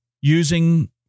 using